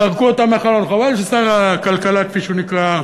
זרקו אותה מהחלון, חבל ששר הכלכלה, כפי שהוא נקרא,